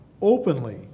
openly